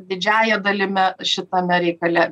didžiąja dalimi šitame reikale